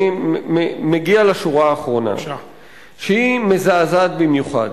אני מגיע לשורה האחרונה, שהיא מזעזעת במיוחד.